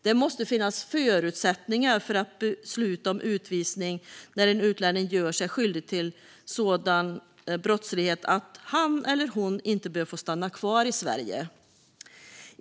Det måste finnas förutsättningar för att besluta om utvisning när en utlänning gör sig skyldig till sådan brottslighet att han eller hon inte bör få stanna kvar i Sverige.